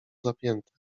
zapięte